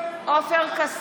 (קוראת בשם חבר הכנסת) עופר כסיף,